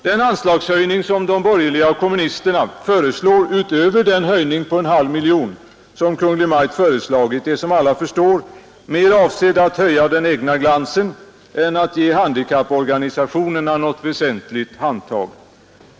Den anslagshöjning som de borgerliga och kommunisterna föreslår utöver den höjning på en halv miljon som Kungl. Maj:t begärt är som alla förstår mer avsedd att höja den egna glansen än att ge handikapporganisationerna något väsentligt handtag.